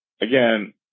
again